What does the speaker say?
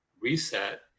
reset